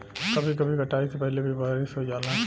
कभी कभी कटाई से पहिले भी बारिस हो जाला